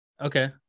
Okay